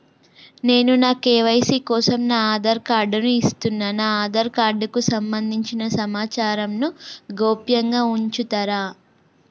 నేను నా కే.వై.సీ కోసం నా ఆధార్ కార్డు ను ఇస్తున్నా నా ఆధార్ కార్డుకు సంబంధించిన సమాచారంను గోప్యంగా ఉంచుతరా?